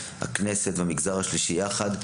הכנסת והמגזר השלישי יחד,